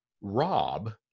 Rob